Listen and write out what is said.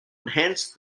enhance